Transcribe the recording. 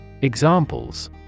Examples